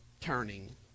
turning